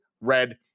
red